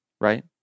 right